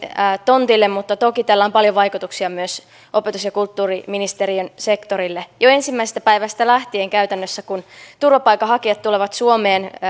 tontille mutta toki tällä on paljon vaikutuksia myös opetus ja kulttuuriministeriön sektorille jo ensimmäisestä päivästä lähtien käytännössä kun turvapaikanhakijat tulevat suomeen